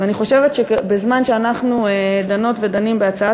ואני חושבת שבזמן שאנחנו דנות ודנים בהצעת